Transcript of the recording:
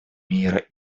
мира